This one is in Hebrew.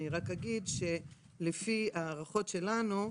אני רק אגיד שלפי ההערכות שלנו,